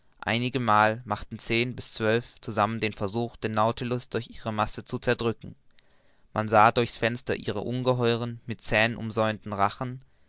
einigemal machten zehn bis zwölf zusammen den versuch den nautilus durch ihre masse zu zerdrücken man sah durch's fenster ihren ungeheuren mit zähnen umzäunten rachen